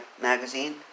magazine